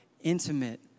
intimate